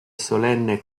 solenne